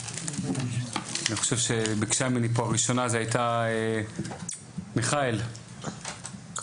אני חושב שביקשה ממני פה הראשונה זה הייתה מיכאל ביטון.